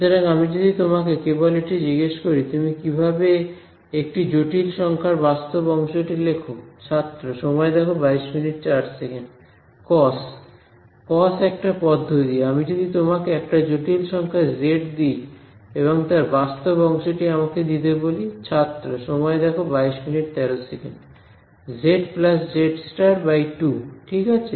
সুতরাং আমি যদি তোমাকে কেবল এটি জিজ্ঞাসা করি তুমি কীভাবে একটি জটিল সংখ্যার বাস্তব অংশটি লেখ কস কস একটা পদ্ধতি আমি যদি তোমাকে একটি জটিল সংখ্যা জেড দিই এবং তার বাস্তব অংশটি আমাকে দিতে বলি z z2 ঠিক আছে